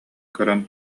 көрөн